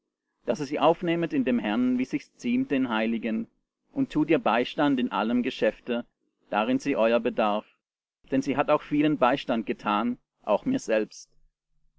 daß ihr sie aufnehmet in dem herrn wie sich's ziemt den heiligen und tut ihr beistand in allem geschäfte darin sie euer bedarf denn sie hat auch vielen beistand getan auch mir selbst